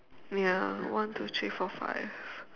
ya one two three four five